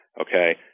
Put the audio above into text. Okay